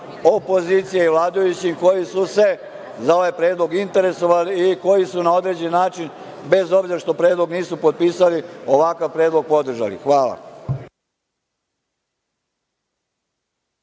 opozicije i vladajućim, koji su se za ovaj predlog interesovali i koji su na određen način, bez obzira što predlog nisu potpisali, ovakav predlog podržali. Hvala.